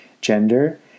gender